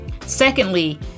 secondly